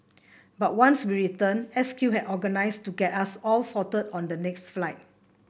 but once we returned S Q had organised to get us all sorted on the next flight